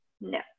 no